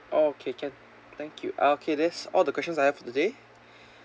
okay can thank you ah okay that's all the questions I have today